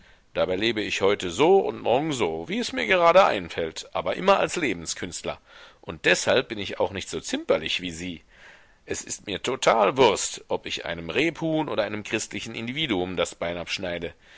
dabei lebe ich heute so und morgen so wie mirs gerade einfällt aber immer als lebenskünstler und deshalb bin ich auch nicht so zimperlich wie sie es ist mir total wurst ob ich einem rebhuhn oder einem christlichen individuum das bein abschneide